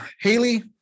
Haley